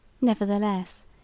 Nevertheless